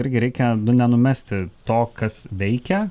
irgi reikia nenumesti to kas veikia